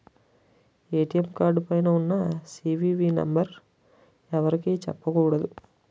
ATM card పైన ఉన్న CVV number ఎవరికీ చెప్పకూడదు